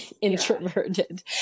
introverted